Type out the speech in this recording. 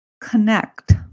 connect